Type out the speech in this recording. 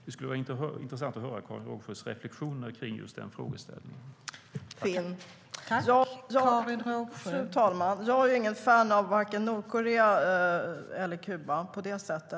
Det skulle vara intressant att höra Karin Rågsjös reflexioner om just den frågeställningen.